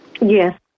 Yes